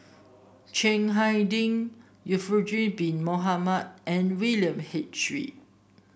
Chiang Hai Ding Zulkifli Bin Mohamed and William H Read